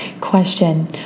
Question